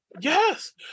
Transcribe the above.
Yes